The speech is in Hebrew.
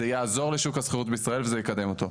זה יעזור לשוק השכירות בישראל וזה יקדם אותו.